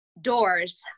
doors